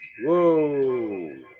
Whoa